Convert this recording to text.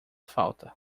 falta